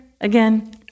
again